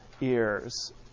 ears